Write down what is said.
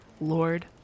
Lord